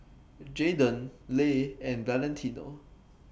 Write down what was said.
Jaydan Le and Valentino